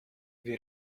wir